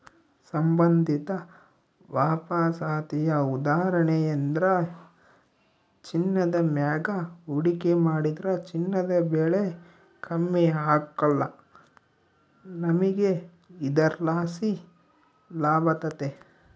ಸಂಬಂಧಿತ ವಾಪಸಾತಿಯ ಉದಾಹರಣೆಯೆಂದ್ರ ಚಿನ್ನದ ಮ್ಯಾಗ ಹೂಡಿಕೆ ಮಾಡಿದ್ರ ಚಿನ್ನದ ಬೆಲೆ ಕಮ್ಮಿ ಆಗ್ಕಲ್ಲ, ನಮಿಗೆ ಇದರ್ಲಾಸಿ ಲಾಭತತೆ